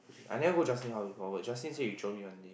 I never go Justin house before Justin say you jio me one day